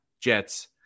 Jets